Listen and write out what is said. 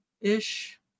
ish